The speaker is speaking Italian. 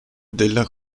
della